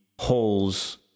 holes